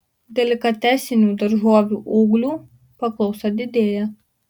delikatesinių daržovių ūglių paklausa didėja